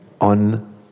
on